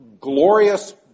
glorious